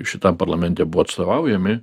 šitam parlamente buvo atstovaujami